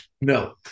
No